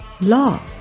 law